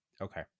Okay